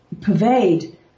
pervade